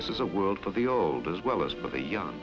is a world for the old as well as for the young